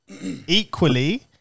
equally